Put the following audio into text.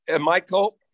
Michael